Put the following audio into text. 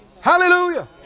Hallelujah